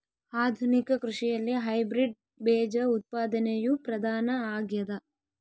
ಆಧುನಿಕ ಕೃಷಿಯಲ್ಲಿ ಹೈಬ್ರಿಡ್ ಬೇಜ ಉತ್ಪಾದನೆಯು ಪ್ರಧಾನ ಆಗ್ಯದ